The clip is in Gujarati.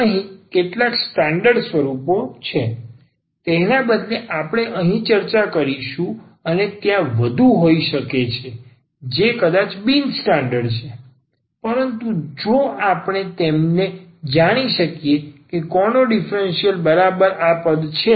અહીં કેટલાક સ્ટાન્ડર્ડ સ્વરૂપો છે તેના બદલે આપણે અહીં ચર્ચા કરીશું અને ત્યાં ઘણા વધુ હોઈ શકે છે જે કદાચ બિન સ્ટાન્ડર્ડ છે પરંતુ જો આપણે તેમને જાણી શકીએ કે કોનો ડીફરન્સીયલ બરાબર આ પદ છે